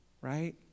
right